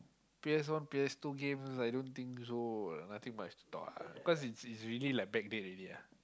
P_S one P_S two games I don't think so like nothing much to talk lah cause it's really like back date already ah